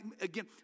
again